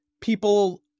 people